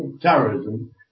terrorism